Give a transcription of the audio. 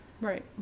Right